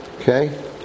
Okay